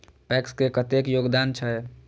PACS के कतेक योगदान छै?